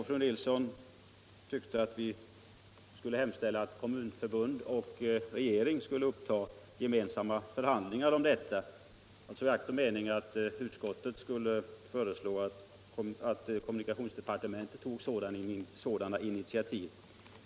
Fru Nilsson ansåg att kommunikationsdepartementet bör ha överläggningar med Kommunförbundet i denna fråga och att utskottet skulle ta initiativ till en hemställan härom från riksdagens sida.